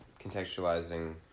contextualizing